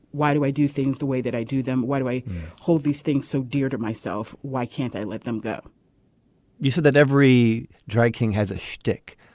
why do i do things the way that i do them. why do i hold these things so dear to myself. why can't i let them go you said that every drag king has a shtick.